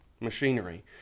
machinery